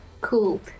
Cool